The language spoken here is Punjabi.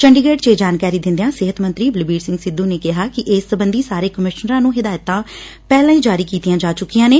ਚੰਡੀਗੜ 'ਚ ਇਹ ਜਾਣਕਾਰੀ ਦਿੰਦਿਆਂ ਸਿਹਤ ਮੰਤਰੀ ਬਲਬੀਰ ਸਿੰਘ ਸਿੱਧੁ ਨੇ ਕਿਹਾ ਕਿ ਇਸ ਸਬੰਧੀ ਸਾਰੇ ਕਮਿਸ਼ਨਰਾਂ ਨੂੰ ਹਿਦਾਇਤਾਂ ਪਹਿਲਾਂ ਹੀ ਜਾਰੀ ਕੀਤੀਆਂ ਜਾ ਚੁੱਕੀਆਂ ਨੇ